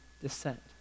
descent